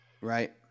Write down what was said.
Right